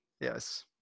Yes